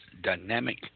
dynamic